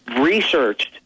researched